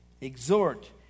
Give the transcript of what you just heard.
exhort